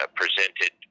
presented